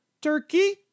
turkey